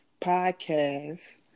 podcast